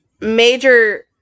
Major